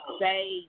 say